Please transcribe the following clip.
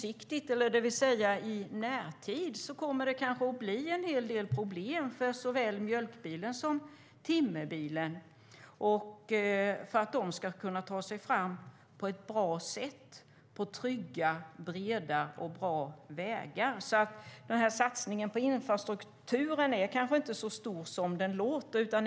I närtid kommer det kanske att bli en hel del problem för såväl mjölkbilen som timmerbilen att ta sig fram på ett bra sätt på trygga, breda och bra vägar, så satsningen på infrastrukturen kanske inte är så stor som den låter.